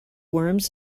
worms